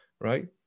right